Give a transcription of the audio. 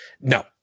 No